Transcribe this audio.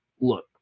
look